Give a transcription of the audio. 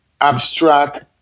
abstract